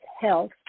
health